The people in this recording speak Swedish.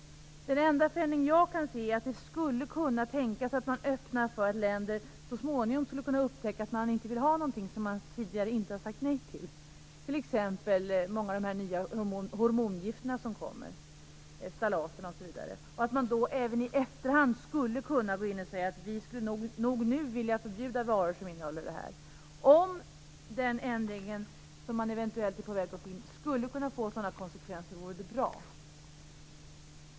Den enda förändring som jag kan se är att det skulle kunna tänkas att man öppnar för att länder så småningom skulle kunna upptäcka att det är något som de inte vill ha men som de tidigare inte har sagt nej till, t.ex. många av de hormongifter som kommer, eftalater osv. och att de även i efterhand skulle kunna gå in och säga att de vill förbjuda varor som innehåller detta. Om den ändringen som man eventuellt är på väg att få in skulle kunna få sådana konsekvenser vore det bra.